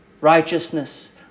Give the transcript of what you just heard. Righteousness